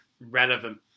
relevant